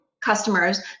customers